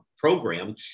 program